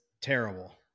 terrible